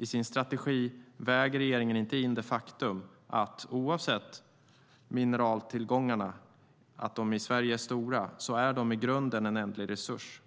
I sin strategi väger regeringen inte in det faktum att oavsett om mineraltillgångarna i Sverige är stora är de i grunden en ändlig resurs.